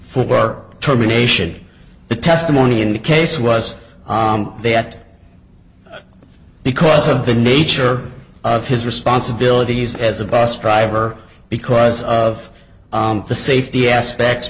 work terminations the testimony in the case was that because of the nature of his responsibilities as a bus driver because of the safety aspects